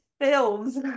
films